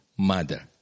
Mother